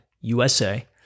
USA